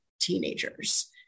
teenagers